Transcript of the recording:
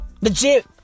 Legit